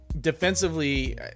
Defensively